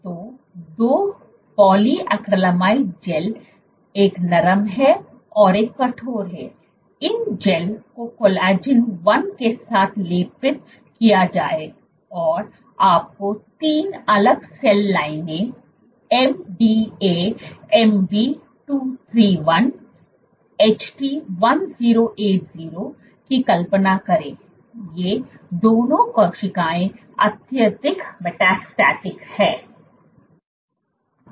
तो 2 polyacrylamide gel एक नरम है और एक कठोर है इन जैल को कोलेजन 1 के साथ लेपित किया जाए और आपको 3 अलग सेल लाइनों MDA MB 231 HT 1080 की कल्पना करें ये दोनों कोशिकाएं अत्यधिक मेटास्टेटिक हैं